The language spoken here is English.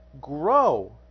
grow